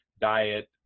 diet